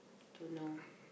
don't know